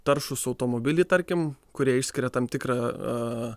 taršūs automobiliai tarkim kurie išskiria tam tikrą